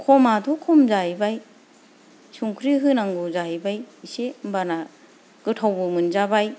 खमाथ' खम जाहैबाय संख्रि होनांगौ जाहैबाय एसे होमबाना गोथावबो मोनजाबाय